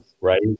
right